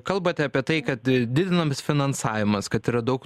kalbate apie tai kad didinamas finansavimas kad yra daug